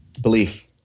Belief